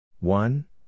One